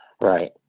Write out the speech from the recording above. right